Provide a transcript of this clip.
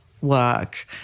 work